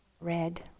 red